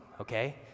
okay